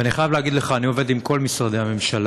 ואני חייב להגיד לך, אני עובד עם כל משרדי הממשלה,